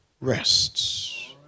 rests